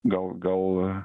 gal gal